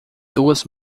duas